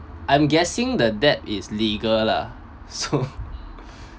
I'm guessing the debt is legal lah so